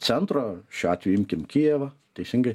centro šiuo atveju imkim kijevą teisingai